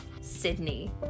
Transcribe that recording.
Sydney